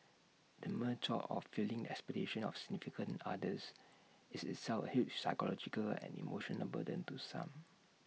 the mere thought of failing expectations of significant others is itself A huge psychological and emotional burden to some